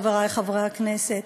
חברי חברי הכנסת,